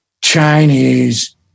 Chinese